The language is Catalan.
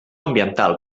ambiental